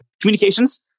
communications